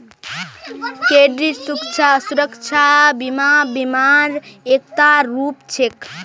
credit सुरक्षा बीमा बीमा र एकता रूप छिके